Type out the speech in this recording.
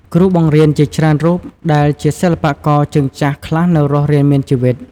គ្រូបង្រៀនជាច្រើនរូបដែលជាសិល្បករជើងចាស់ខ្លះនៅរស់រានមានជីវិត។